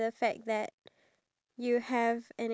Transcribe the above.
we managed to